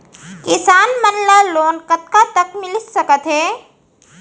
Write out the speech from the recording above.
किसान मन ला लोन कतका तक मिलिस सकथे?